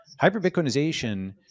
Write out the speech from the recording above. hyper-Bitcoinization